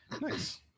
nice